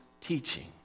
teaching